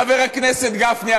חבר הכנסת גפני,